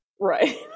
Right